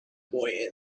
boy